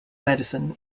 medicine